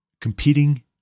Competing